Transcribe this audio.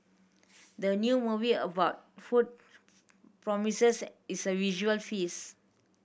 the new movie about food promises is a visual feast